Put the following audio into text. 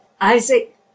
Isaac